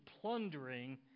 plundering